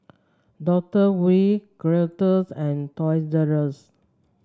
Doctor Wu Gillette and Toys R U S